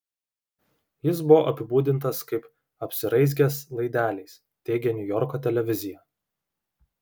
jis buvo apibūdintas kaip apsiraizgęs laideliais teigia niujorko televizija